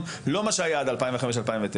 2009. זה לא המנגנון הזה.